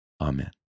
Amen